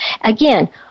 Again